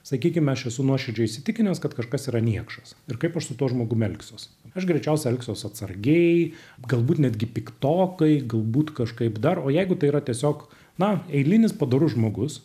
sakykim aš esu nuoširdžiai įsitikinęs kad kažkas yra niekšas ir kaip aš su tuo žmogumi elgsiuosi aš greičiausiai elgsiuos atsargiai galbūt netgi piktokai galbūt kažkaip dar o jeigu tai yra tiesiog na eilinis padorus žmogus